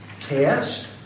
test